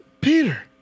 Peter